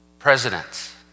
Presidents